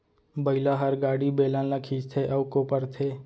बइला हर गाड़ी, बेलन ल खींचथे अउ कोपरथे